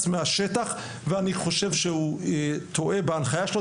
מהשטח ואני חושב שהוא טועה בהנחיה שלו,